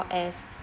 as